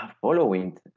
following